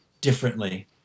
differently